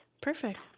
Perfect